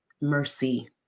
mercy